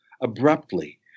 abruptly